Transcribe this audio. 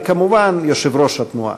וכמובן יושב-ראש התנועה.